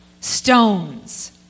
stones